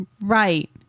Right